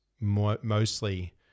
mostly